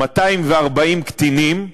240 קטינים,